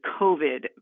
COVID